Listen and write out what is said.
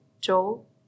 Joel